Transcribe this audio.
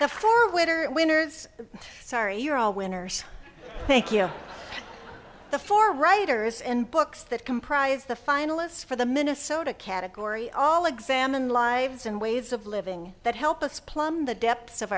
for witter winners sorry you're all winners thank you the four writers and books that comprise the finalists for the minnesota category all examined lives and ways of living that help us plumb the depths of